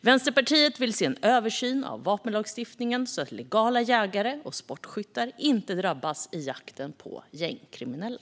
Vänsterpartiet vill se en översyn av vapenlagstiftningen så att legala jägare och sportskyttar inte drabbas i jakten på gängkriminella.